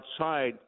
outside